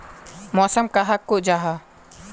मौसम कहाक को जाहा?